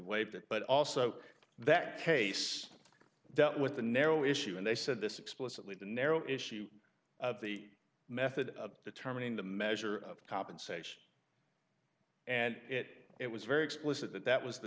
waived that but also that case that with the narrow issue and they said this explicitly the narrow issue of the method of determining the measure of compensation and it it was very explicit that that was the